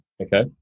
okay